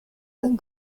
that